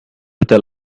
tell